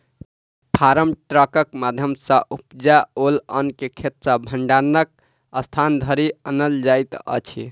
farm ट्रकक माध्यम सॅ उपजाओल अन्न के खेत सॅ भंडारणक स्थान धरि आनल जाइत अछि